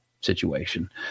situation